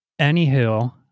anywho